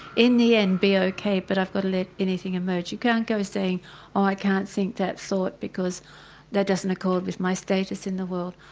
in the end, be okay but i've got to let anything emerge. you can't go saying, oh i can't think that thought because that doesn't accord with my status in the world,